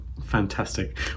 Fantastic